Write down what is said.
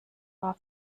war